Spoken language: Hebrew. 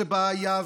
זה בעיה.